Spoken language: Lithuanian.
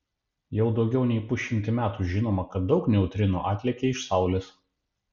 jau daugiau nei pusšimtį metų žinoma kad daug neutrinų atlekia iš saulės